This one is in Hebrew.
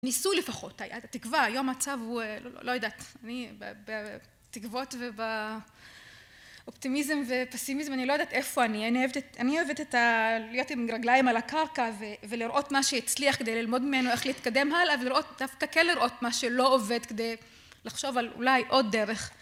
ניסוי לפחות, התקווה, היום המצב הוא, לא יודעת, אני בתקוות ובאופטימיזם ופסימיזם, אני לא יודעת איפה אני, אני אוהבת את ה... להיות עם רגליים על הקרקע ולראות מה שהצליח כדי ללמוד ממנו איך להתקדם הלאה ולראות, דווקא כן לראות מה שלא עובד כדי לחשוב על אולי עוד דרך